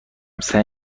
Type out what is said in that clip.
سعی